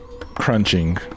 crunching